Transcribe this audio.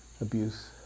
abuse